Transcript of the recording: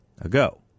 ago